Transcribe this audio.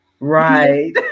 right